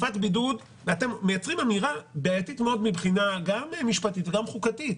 אתם מייצרים אמירה בעייתית מאוד גם מבחינה משפטית וגם חוקתית.